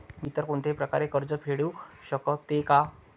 मी इतर कोणत्याही प्रकारे कर्ज फेडू शकते का?